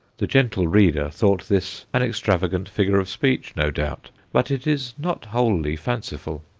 the gentle reader thought this an extravagant figure of speech, no doubt, but it is not wholly fanciful.